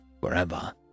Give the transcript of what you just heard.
forever